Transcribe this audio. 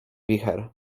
wicher